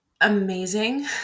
amazing